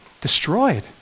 Destroyed